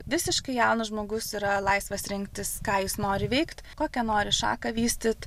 visiškai jaunas žmogus yra laisvas rinktis ką jis nori veikt kokią nori šaką vystyt